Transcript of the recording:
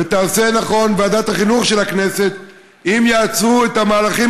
ותעשה נכון ועדת החינוך של הכנסת אם יעצרו את המהלכים